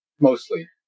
Mostly